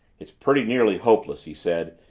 it's pretty nearly hopeless, he said,